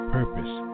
purpose